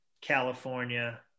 California